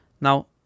now